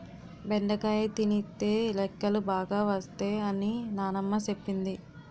బెండకాయ తినితే లెక్కలు బాగా వత్తై అని నానమ్మ సెప్పింది